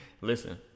Listen